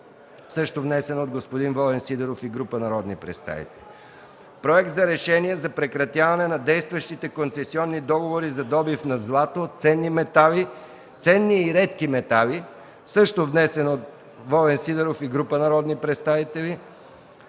също внесен от господин Волен Сидеров и група народни представители; - Проект за решение за прекратяване на действащите концесионни договори за добив на злато, ценни и редки метали, също внесен от Волен Сидеров и група народни представители;